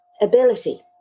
ability